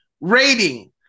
Rating